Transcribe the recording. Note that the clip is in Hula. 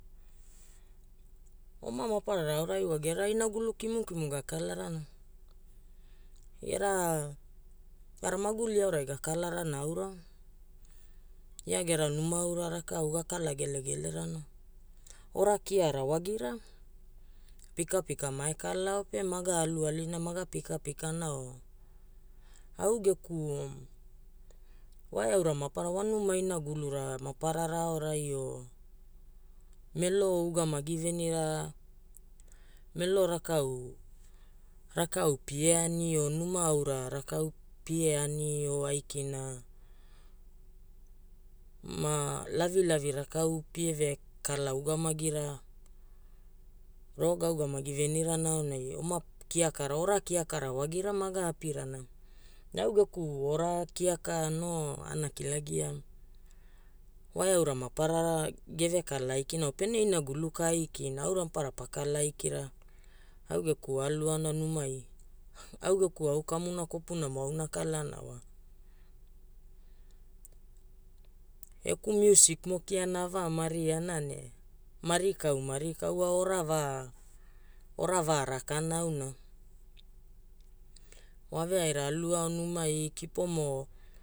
Oma maparara aorai wa gera inagulu kimukimu gakalarana. Gera era maguli aorai gakalarana aura, ia gera numa aora rakau gakala gelegelarana. Ora kiara wagira, pikapika maekalaao pe maga alu alina maga pikapikana o. Au geku waeaura maparara wanuma inagulura maparara aorai o Melo ugamagi venira, Melo rakau rakau pie ani o numa aura rakau pie ani o aikina ma lavilavi rakau pie vekala ugamagira ro gaugamagi venirana aonai oma kiakara ora kiakara wagira maga apirana. Ne au geku ora kiaka no ana kilagia, waeaura maparara gevekala aikina o pene inagulu ka aikina aura maparara pakala aikira, au geku aaluaona numai, au geku au kamuna kopunamo auna akalaana wa geku musik mo kiana ava mariana ne marikau marikau wa ora va ora va rakana auna. Waveaira aluao numai kipomo